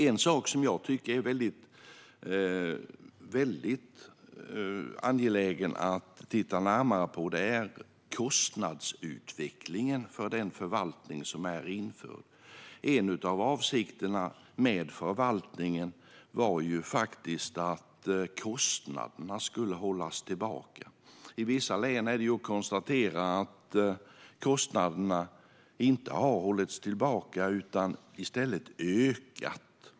En sak som jag anser att det är mycket angeläget att titta närmare på är kostnadsutvecklingen för den förvaltning som är införd. En av avsikterna med förvaltningen var faktiskt att kostnaderna skulle hållas nere. Man kan konstatera att kostnaderna i vissa län inte har hållits nere utan i stället ökat.